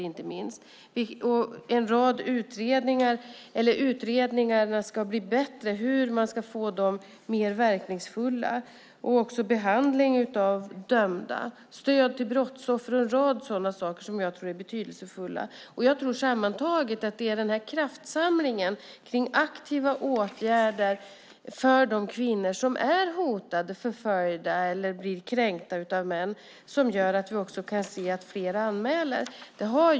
Utredningarna av hur de ska bli mer verkningsfulla ska bli bättre. Det gäller också behandling av dömda, stöd till brottsoffer och en rad sådana saker som jag tror är betydelsefulla. Jag tror att det är den här kraftsamlingen kring aktiva åtgärder för de kvinnor som är hotade, förföljda eller kränkta av män som gör att vi också kan se att fler anmäler.